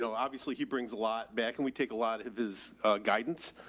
so obviously he brings a lot back and we take a lot of his guidance,